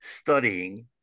studying